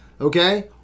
okay